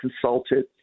consulted